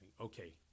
Okay